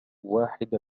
واحد